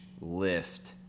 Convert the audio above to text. lift